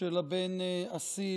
של הבן אסיל,